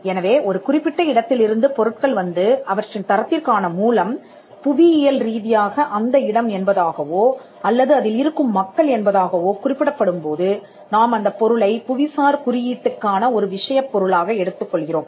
எனவே ஒரு குறிப்பிட்ட இடத்திலிருந்து பொருட்கள் வந்து அவற்றின் தரத்திற்கான மூலம் புவியியல் ரீதியாக அந்த இடம் என்பதாகவோ அல்லது அதில் இருக்கும் மக்கள் என்பதாகவோ குறிப்பிடப்படும் போது நாம் அந்தப் பொருளை புவிசார் குறியீட்டுக்கான ஒரு விஷயப் பொருளாக எடுத்துக் கொள்கிறோம்